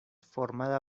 formada